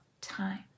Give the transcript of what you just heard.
time